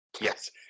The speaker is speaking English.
Yes